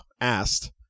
asked